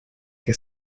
que